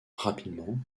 rapidement